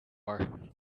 are